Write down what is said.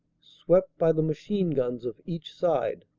swept by the machine-guns of each side.